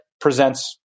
presents